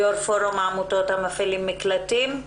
יו"ר פורום העמותות המפעילות מקלטים,